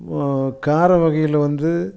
கார வகைகளில் வந்து